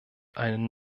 einen